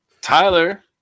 Tyler